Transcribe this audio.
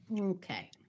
Okay